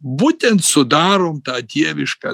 būtent sudarom tą dievišką